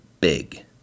big